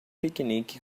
piquenique